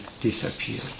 disappeared